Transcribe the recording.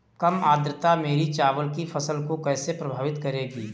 कम आर्द्रता मेरी चावल की फसल को कैसे प्रभावित करेगी?